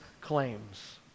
claims